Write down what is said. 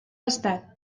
estat